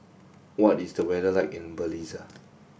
what is the weather like in Belize